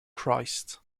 christ